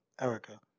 Erica